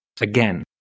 again